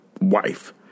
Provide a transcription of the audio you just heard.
wife